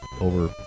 over